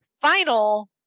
final